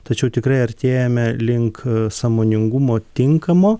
tačiau tikrai artėjame link sąmoningumo tinkamo